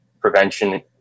prevention